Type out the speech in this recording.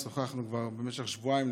שוחחנו כבר במשך שבועיים,